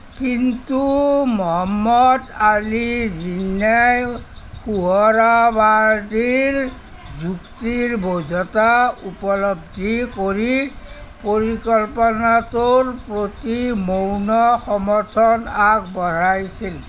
কিন্তু মহম্মদ আলী জিন্নাই সুহৰাৱাৰ্ডীৰ যুক্তিৰ বৈধতা উপলব্ধি কৰি পৰিকল্পনাটোৰ প্ৰতি মৌন সমৰ্থন আগবঢ়াইছিল